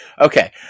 Okay